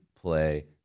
play